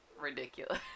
ridiculous